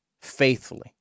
faithfully